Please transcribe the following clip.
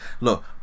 Look